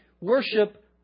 worship